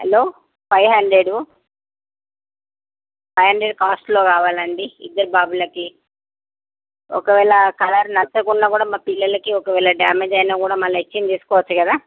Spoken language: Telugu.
hello five hundred five hundred కాస్ట్లో కావాలండి ఇద్దరు బాబులకి ఒకవేళ కలర్ నచ్చకున్నా కూడా మా పిల్లలకి ఒకవేళ డ్యామేజ్ అయినా కూడా మళ్ళీ ఎక్చేంజ్ చేసుకోవచ్చు కదా